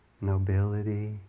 nobility